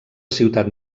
ciutat